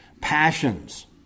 passions